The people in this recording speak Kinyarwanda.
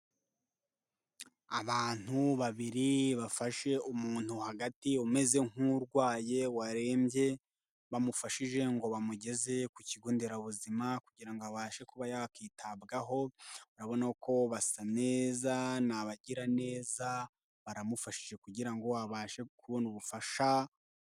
Abantu babiri bafashe umuntu hagati umeze nk'urwaye warembye, bamufashije ngo bamugeze ku kigo nderabuzima kugira ngo abashe kuba yakitabwaho, urabona ko basa neza n'abagira neza baramufashije kugira ngo abashe kubona ubufasha.